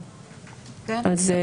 אז?